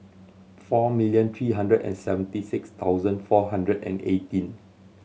four million three hundred and seventy six thousand four hundred and eighteen